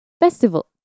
festival